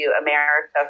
america